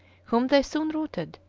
whom they soon routed,